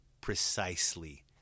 precisely